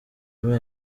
muri